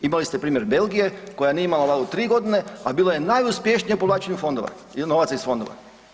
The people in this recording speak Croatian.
Imali ste primjer Belgije, koja nije imala ... 3 godine, a bila je najuspješnija povlačenju fondova, novaca iz fondova.